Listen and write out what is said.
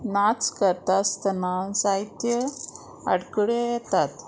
नाच करता आसतना जायत्यो आडकड्यो येतात